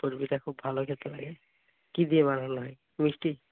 পুলি পিঠা খুব ভালো খেতে লাগে কি দিয়ে বানানো হয় মিষ্টি